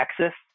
Texas